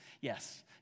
Yes